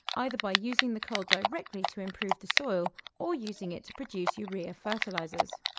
either by using the coal directly to improve the soil or using it to produce urea fertilisers.